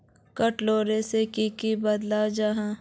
किट लगाले से की की बदलाव होचए?